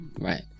right